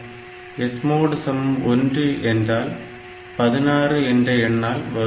SMOD 1 என்றால் 16 என்ற எண்ணால் வகுக்க வேண்டும்